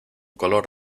color